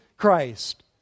Christ